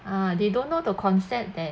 ah they don't know the concept that